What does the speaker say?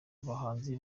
abahanzi